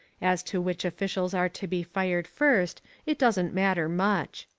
as to which officials are to be fired first it doesn't matter much.